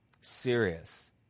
serious